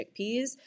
chickpeas